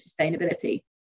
sustainability